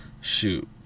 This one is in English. shoot